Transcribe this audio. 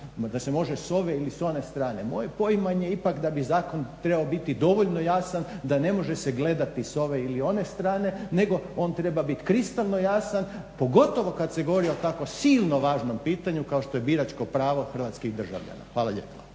da se može s ove ili s one strane. Moje je poimanje ipak da bi zakon trebao biti dovoljno jasan da ne može se gledati s ove ili one strane nego on treba biti kristalno jasan, pogotovo kad se govori o tako silno važnom pitanju kao što je biračko pravo hrvatskih državljana. Hvala lijepo.